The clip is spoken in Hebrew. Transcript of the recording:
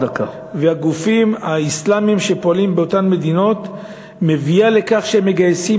והגופים האסלאמיים שפועלים באותן מדינות מביאות לכך שהם מגייסים